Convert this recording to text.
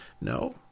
No